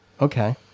Okay